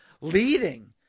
leading